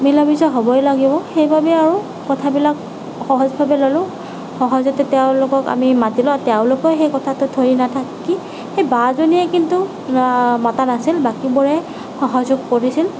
মিলা মিছা হ'বই লাগিব সেইবাবেই আৰু কথাবিলাক সহজভাৱে ল'লোঁ সহজতে তেওঁলোকক আমি মাতিলোঁ অৰু তেওঁলোকেও সেই কথাটোত ধৰি নাথাকিল সেই বাজনীয়ে কিন্তু মাতা নাছিল বাকীবোৰে সহযোগ কৰিছিল